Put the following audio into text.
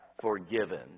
forgiven